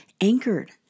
anchored